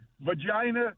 Vagina